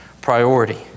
priority